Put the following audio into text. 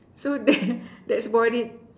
so that that's about it